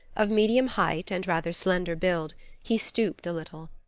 of medium height and rather slender build he stooped a little.